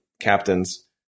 captains